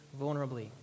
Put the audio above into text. vulnerably